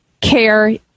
care